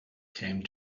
came